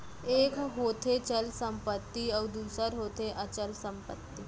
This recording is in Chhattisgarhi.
एक होथे चल संपत्ति अउ दूसर होथे अचल संपत्ति